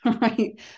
right